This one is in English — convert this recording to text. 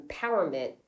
empowerment